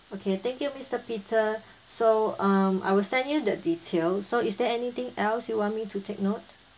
okay thank you mister peter so um I will send you the details so is there anything else you want me to take note